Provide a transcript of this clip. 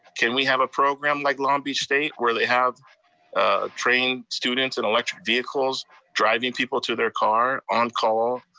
can we have a program like long beach state, where they have trained students and electric vehicles driving people to their car on call?